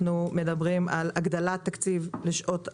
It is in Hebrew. אנחנו מדברים על הגדלת תקציב לשעות הכשרה,